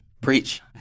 Preach